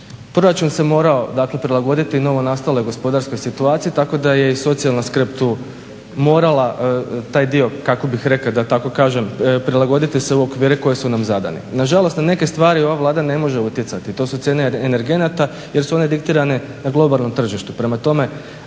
proračun se morao prilagoditi novonastaloj gospodarskoj situaciji tako da je i socijalna skrb tu morala taj dio da tako kažem prilagoditi se u okvire koji su nam zadani. Nažalost, na neke stvari ova Vlada ne može utjecati. To su cijene energenata jer su one diktirane na globalnom tržištu.